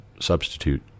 substitute